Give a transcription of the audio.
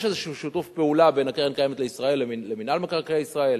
יש איזה שיתוף פעולה בין הקרן הקיימת לישראל למינהל מקרקעי ישראל